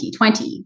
2020